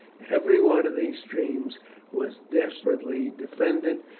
every one of these streams was desperately defended,